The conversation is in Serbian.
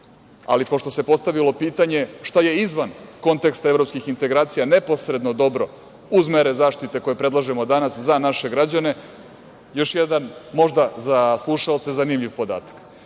Ali, pošto se postavilo pitanje, što je izvan konteksta evropskih integracija, neposredno dobro uz mere zaštite koje predlažemo danas, za naše građane još jedan možda za slušaoce zanimljiv podatak.